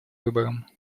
выбором